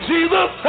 Jesus